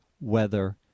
weather